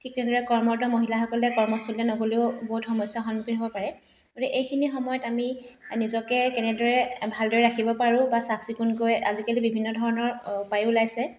ঠিক তেনেদৰে কৰ্মৰত মহিলাসকলে কৰ্মস্থলীলৈ নগ'লেও বহুত সমস্যাৰ সন্মুখীন হ'ব পাৰে যে এইখিনি সময়ত আমি নিজকে কেনেদৰে ভালদৰে ৰাখিব পাৰোঁ বা চাফ চিকুণকৈ আজিকালি বিভিন্ন ধৰণৰ উপায়ো উলাইছে